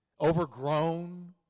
overgrown